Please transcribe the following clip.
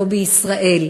פה בישראל,